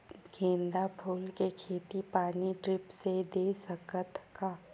गेंदा फूल के खेती पानी ड्रिप से दे सकथ का?